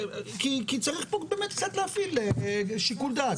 כי צריך פה באמת קצת להפעיל שיקול דעת.